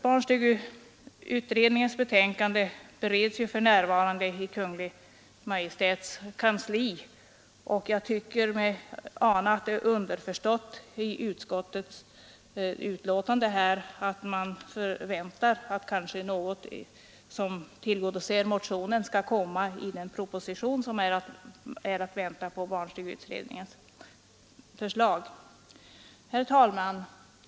Barnstugeutredningens betänkande bereds ju för närvarande i Kungl. Maj:ts kansli, och jag tycker mig ana att det underförstås i utskottets betänkande att man förväntar att något som tillgodoser motionen skall komma i den proposition som framläggs med anledning av barnstugeutredningens förslag. Herr talman!